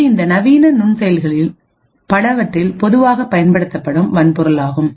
இது இந்த நவீன நுண்செயலிகளில் பலவற்றில் பொதுவாக பயன்படுத்தப்படும் வன்பொருளாகும்